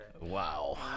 Wow